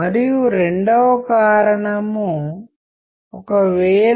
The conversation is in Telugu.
మనము చూస్తున్నది అనంతమైన మోడల్ను పంపేవారు మరియు స్వీకరించేవారు